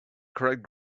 correct